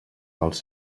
dels